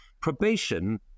Probation